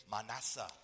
Manasseh